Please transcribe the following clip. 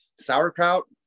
sauerkraut